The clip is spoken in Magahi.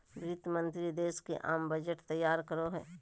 वित्त मंत्रि देश के आम बजट तैयार करो हइ